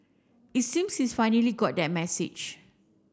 it seems he's finally got that message